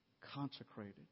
Consecrated